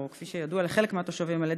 או כפי שידוע לחלק מהתושבים,